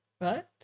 right